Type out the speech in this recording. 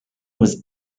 was